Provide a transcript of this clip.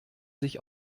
sich